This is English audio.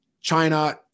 China